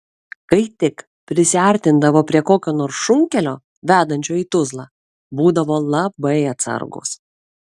kai tik prisiartindavo prie kokio nors šunkelio vedančio į tuzlą būdavo labai atsargūs